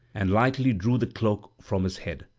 and lightly drew the cloak from his head.